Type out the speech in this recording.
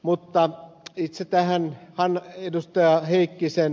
mutta itse tähän ed